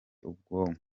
ubwonko